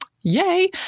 Yay